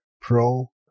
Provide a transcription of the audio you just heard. Pro